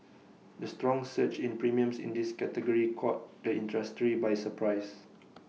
the strong surge in premiums in this category caught the industry by surprise